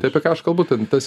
tai apie ką aš kalbu ten tas